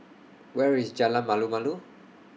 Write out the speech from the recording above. Where IS Jalan Malu Malu